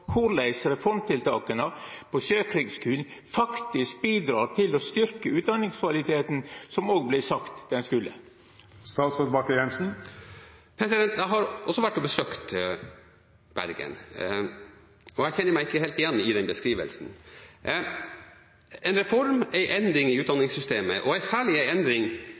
på Sjøkrigsskulen faktisk bidreg til å styrkja utdanningskvaliteten, som det òg vart sagt at dei skulle? Jeg har også vært og besøkt Bergen, og jeg kjenner meg ikke helt igjen i den beskrivelsen. En reform er en endring i utdanningssystemet, og særlig en endring